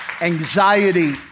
Anxiety